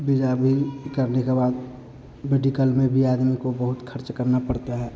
visa भी करने के बाद मेडिकल में भी आदमी को बहुत खर्च करना पड़ता है